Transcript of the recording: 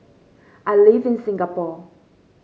I live in Singapore